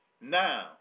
Now